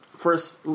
First